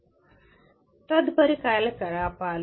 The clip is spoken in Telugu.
తదుపరి కార్యకలాపాలు